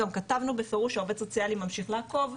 גם כתבנו בפירוש שאנחנו שהעו"ס ממשיך לעקוב,